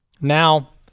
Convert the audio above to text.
Now